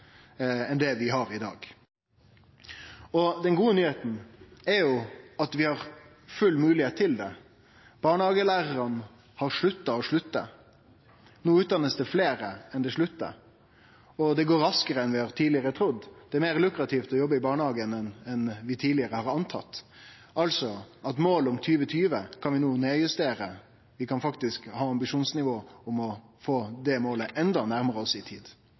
det vi har i dag. Den gode nyheita er at det er fullt mogleg. Barnehagelærarane har slutta å slutte. No blir det utdanna fleire enn det sluttar. Det går raskare enn vi tidlegare har trudd. Det er meir lukrativt å jobbe i barnehagen enn vi tidlegare har antatt. Målet om 2020 kan vi no nedjustere. Vi kan faktisk ha ambisjonsnivå om å nå det målet enda nærmare oss i tid